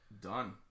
done